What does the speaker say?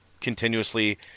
continuously